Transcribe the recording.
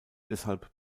deshalb